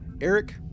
Eric